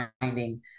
finding